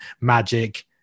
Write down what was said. magic